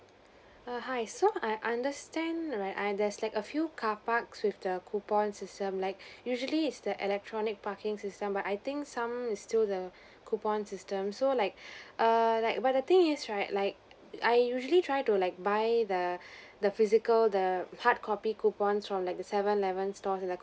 err hi I so I understand like err there's like a few car parks with the coupon system like usually is the electronic parking system but I think some is still the coupon system so like err like but the thing is right like I usually try to like buy the the physical the hard copy coupons from like the seven eleven store like